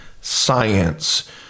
science